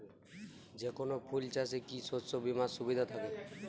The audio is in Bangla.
যেকোন ফুল চাষে কি শস্য বিমার সুবিধা থাকে?